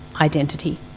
identity